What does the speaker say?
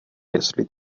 jestli